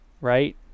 right